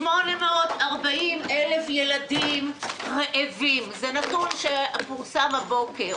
הנתון על 840,000 ילדים רעבים זה נתון שפורסם הבוקר